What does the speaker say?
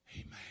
Amen